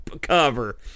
cover